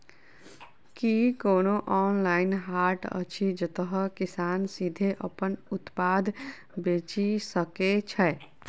की कोनो ऑनलाइन हाट अछि जतह किसान सीधे अप्पन उत्पाद बेचि सके छै?